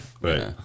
right